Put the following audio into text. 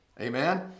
Amen